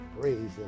praise